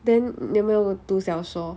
then 你有没有读小说